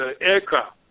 aircraft